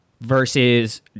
versus